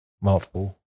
multiple